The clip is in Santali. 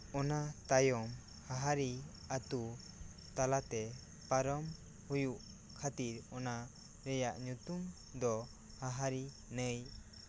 ᱚᱱᱟ ᱛᱟᱭᱚᱢ ᱦᱟᱦᱟᱨᱤ ᱟᱛᱳ ᱛᱟᱞᱟᱛᱮ ᱯᱟᱨᱚᱢ ᱦᱩᱭᱩᱜ ᱠᱷᱟᱹᱛᱤᱨ ᱚᱱᱟ ᱨᱮᱭᱟᱜ ᱧᱩᱛᱩᱢ ᱫᱚ ᱦᱟᱦᱟᱨᱤ ᱱᱟᱹᱭ